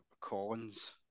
Collins